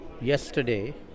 yesterday